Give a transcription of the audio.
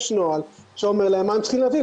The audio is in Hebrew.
יש נוהל שאומר להם מה הם צריכים להביא,